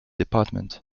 department